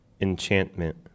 enchantment